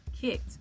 kicked